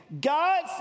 God